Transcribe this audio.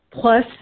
plus